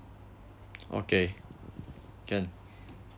okay can